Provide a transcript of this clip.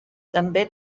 també